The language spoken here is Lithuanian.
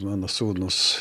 mano sūnus